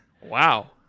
Wow